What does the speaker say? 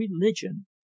religion